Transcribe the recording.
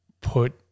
put